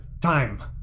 time